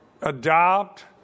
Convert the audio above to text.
adopt